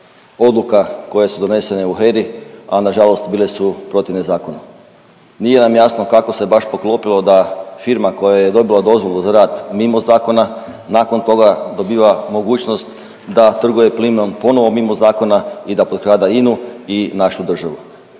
odluka koje su donesene u HERA-i, a nažalost bile su protivne zakonu. Nije nam jasno kako se baš poklopilo da firma koja je dobila dozvolu za rad mimo zakona nakon toga dobiva mogućnost da trguje plinom ponovo mimo zakona i da potkrada INA-u i našu državu